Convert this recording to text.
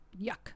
yuck